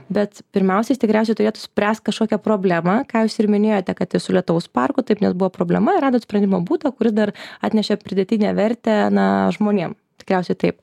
bet pirmiausiai tikriausiai turėtų spręst kažkokią problemą ką jūs ir minėjote kad ir su lietaus parku taip nes buvo problema rado sprendimo būdą kuris dar atnešė pridėtinę vertę na žmonėm tikriausiai taip